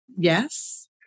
Yes